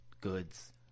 goods